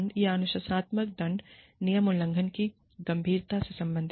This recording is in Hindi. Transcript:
क्या अनुशासनात्मक दंड नियम उल्लंघन की गंभीरता से संबंधित था